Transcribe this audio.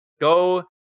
go